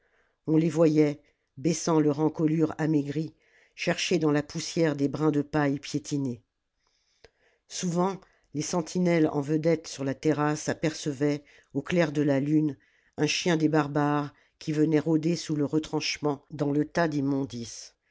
on les voyait baissant leur encolure amaigrie chercher dans la poussière des brins de paille piétines souvent les sentinelles en vedette sur la terrasse apercevaient au clair de la lune un chien des barbares qui venait rôder sous le retranchement dans les tas